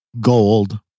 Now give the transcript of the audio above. gold